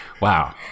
Wow